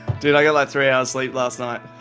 did i allowed three hours late last night